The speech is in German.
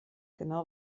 genau